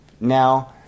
Now